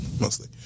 mostly